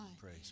Praise